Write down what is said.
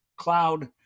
cloud